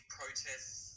protests